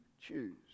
choose